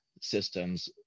systems